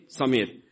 Samir